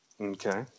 Okay